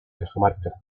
cajamarca